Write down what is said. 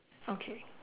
okay